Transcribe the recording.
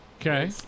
Okay